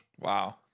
Wow